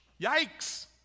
Yikes